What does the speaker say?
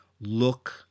look